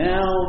Now